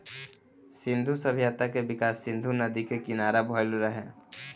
सिंधु सभ्यता के विकास सिंधु नदी के किनारा भईल रहे